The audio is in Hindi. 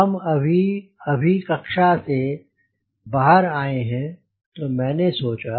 हम अभी अभी कक्षा से बाहर आए हैं तो मैंने ऐसा सोचा